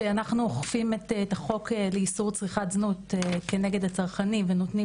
שאנחנו אוכפים את החוק לאיסור צריכת זנות כנגד הצרכנים ונותנים